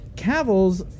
Cavill's